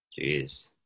Jeez